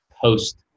post